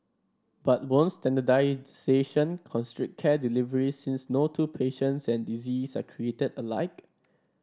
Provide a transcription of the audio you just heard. but won't standardisation constrict care delivery since no two patients and diseases are created alike